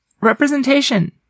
representation